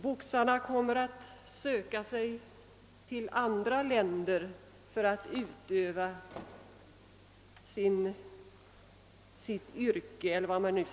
Boxarna kommer, säger man, att söka sig till andra länder för att utöva sin sysselsättning.